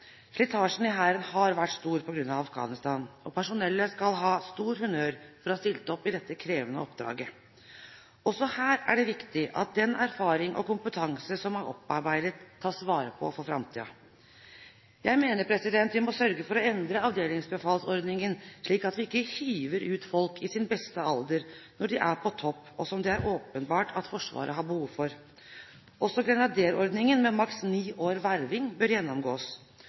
Slitasjen i Hæren har vært stor på grunn av Afghanistan. Personellet skal ha stor honnør for å ha stilt opp i dette krevende oppdraget. Også her er det viktig at den erfaring og kompetanse som er opparbeidet, tas vare på for framtiden. Jeg mener vi må sørge for å endre avdelingsbefalsordningen slik at vi ikke hiver ut folk i sin beste alder, når de er på topp, og som det er åpenbart at Forsvaret har behov for. Også grenaderordningen med maks ni års verving bør gjennomgås.